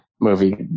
movie